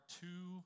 two